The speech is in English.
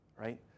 right